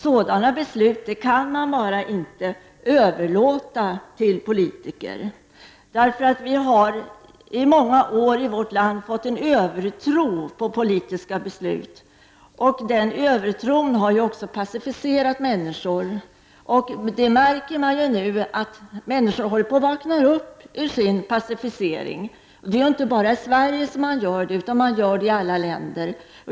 Sådana beslut kan inte överlåtas till politiker. Vi har under många år i vårt land haft en övertro på politiska beslut. Denna övertro har också passiviserat människor. Nu märker man att människor håller på att vakna upp ur denna passivisering, inte bara i Sverige utan även i många andra länder.